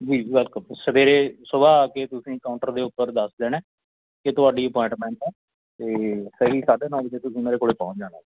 ਜੀ ਵੈਲਕਮ ਸਵੇਰੇ ਸੁਬਹਾ ਆ ਕੇ ਤੁਸੀਂ ਕਾਊਂਟਰ ਦੇ ਉੱਪਰ ਦੱਸ ਦੇਣਾ ਕਿ ਤੁਹਾਡੀ ਅਪੁਆਇੰਟਮੈਂਟ ਹੈ ਅਤੇ ਸਹੀ ਸਾਢੇ ਨੌ ਵਜੇ ਤੁਸੀਂ ਮੇਰੇ ਕੋਲ ਪਹੁੰਚ ਜਾਣਾ